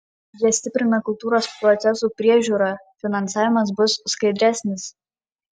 jie stiprina kultūros procesų priežiūrą finansavimas bus skaidresnis